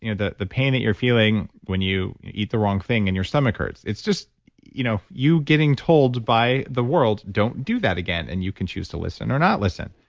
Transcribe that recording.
you know the the pain that you're feeling when you eat the wrong thing and your stomach hurts, it's just you know you getting told by the world, don't do that again and you can choose to listen or not listen.